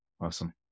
Awesome